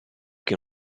che